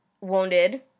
wounded